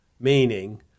meaning